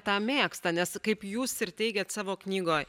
tą mėgsta nes kaip jūs ir teigiat savo knygoj